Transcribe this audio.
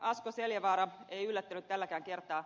asko seljavaara ei yllättänyt tälläkään kertaa